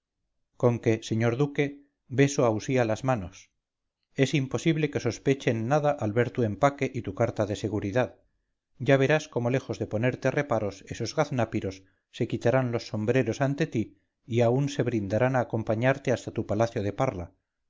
peligro conque señor duque beso a usía las manos es imposible que sospechen nada al ver tu empaque y tu carta de seguridad ya verás cómo lejos de ponerte reparos esos gaznápiros se quitarán los sombreros ante ti y aun se brindarán a acompañarte hasta tu palacio de parla